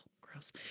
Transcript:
gross